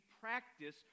practice